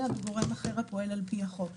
אלא בגורם אחר הפועל על פי החוק